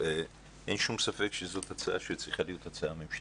אין שום ספק שזאת הצעה שצריכה להיות הצעה ממשלתית,